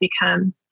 become